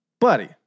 Buddy